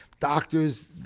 doctors